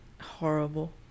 Horrible